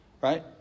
Right